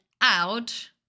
out